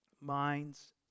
minds